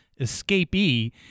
escapee